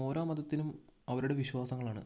ഓരോ മതത്തിനും അവരുടെ വിശ്വാസങ്ങളാണ്